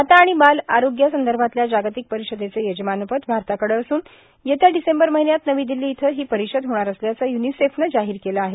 माता आणि बाल आरोग्यासंदर्भातल्या जागतिक परिषदेचं यजमानपद भारताकडे असून येत्या डिसेंबर महिन्यात नवी दिल्ली इथं ही परिषद होणार असल्याचं य्निसेफनं जाहीर केलं आहे